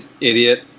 idiot